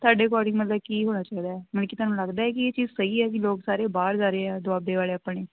ਤੁਹਾਡੇ ਅਕੋਰਡਿੰਗ ਮਤਲਬ ਕੀ ਹੋਣਾ ਚਾਹੀਦਾ ਕਿ ਤੁਹਾਨੂੰ ਲੱਗਦਾ ਕਿ ਇਹ ਚੀਜ਼ ਸਹੀ ਹੈ ਜੀ ਲੋਕ ਸਾਰੇ ਬਾਹਰ ਜਾ ਰਹੇ ਆ ਦੁਆਬੇ ਵਾਲੇ ਆਪਣੇ